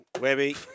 Webby